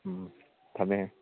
ꯎꯝ ꯊꯝꯃꯦ